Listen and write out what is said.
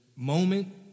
Moment